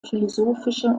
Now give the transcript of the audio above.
philosophische